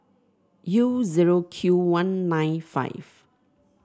U zero Q one nine five